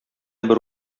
бер